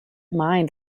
mind